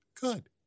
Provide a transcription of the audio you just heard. Good